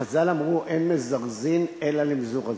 חז"ל אמרו, אין מזרזים אלא למזורזים.